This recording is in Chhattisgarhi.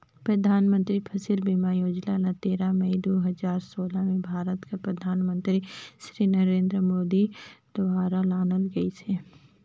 परधानमंतरी फसिल बीमा योजना ल तेरा मई दू हजार सोला में भारत कर परधानमंतरी सिरी नरेन्द मोदी दुवारा लानल गइस अहे